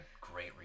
great